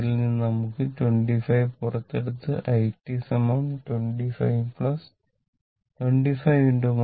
ഇതിൽനിന്ന് നമുക്ക് 25 പുറത്ത് എടുത്ത് i 25 251 e 0